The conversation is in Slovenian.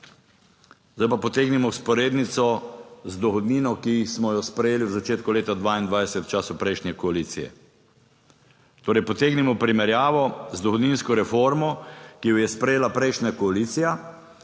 Zdaj pa potegnimo vzporednico z dohodnino, ki smo jo sprejeli v začetku leta 2022, v času prejšnje koalicije, torej potegnimo primerjavo z dohodninsko reformo, ki jo je sprejela prejšnja koalicija.